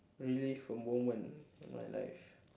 relive a moment of my life